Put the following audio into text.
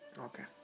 Okay